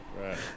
right